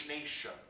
nation